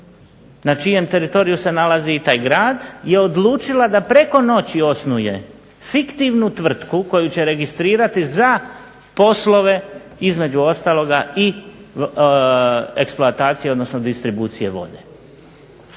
na čijem teritoriju se nalazi i taj grad je odlučila da preko noći osnuje fiktivnu tvrtku koju će registrirati za poslove između ostaloga i eksploatacije, odnosno distribucije vode.